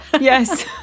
Yes